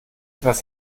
etwas